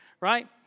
Right